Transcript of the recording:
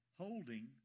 Holding